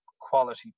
quality